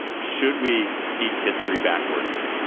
should we teach history backwards?